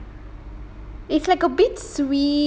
it's like a bit sweet a bit sour like tha~